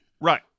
Right